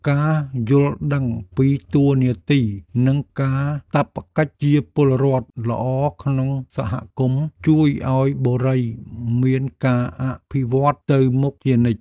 ការយល់ដឹងពីតួនាទីនិងកាតព្វកិច្ចជាពលរដ្ឋល្អក្នុងសហគមន៍ជួយឱ្យបុរីមានការអភិវឌ្ឍទៅមុខជានិច្ច។